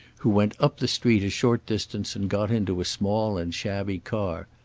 who went up the street a short distance and got into a small and shabby car.